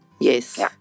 Yes